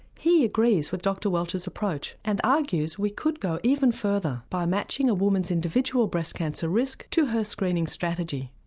he agrees with dr welch's approach and argues we could go even further by matching a woman's individual breast cancer risk to her screening strategy.